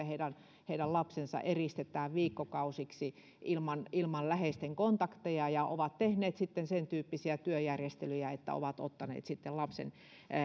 heidän heidän lapsensa eristetään viikkokausiksi ilman ilman läheisten kontakteja ja ovat tehneet sitten sentyyppisiä työjärjestelyjä että ovat ottaneet lapsen